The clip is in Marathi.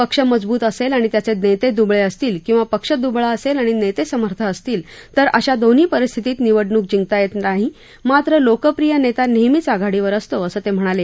पक्ष मजबूत असेल आणि त्याचे नेते दुबळे असतील किंवा पक्ष दुबळा असेल आणि नेते समर्थ असतील तर अश्या दोन्ही परिस्थितीत निवडणूक जिंकता येत नाही मात्र लोकप्रिय नेता नेहमीच आघाडीवर असतो असं ते म्हणाले